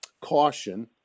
caution